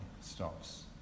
stops